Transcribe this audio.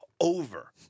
Over